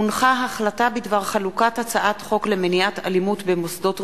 החלטה בדבר חלוקת הצעת חוק למניעת אלימות במוסדות רפואיים,